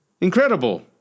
Incredible